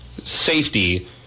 safety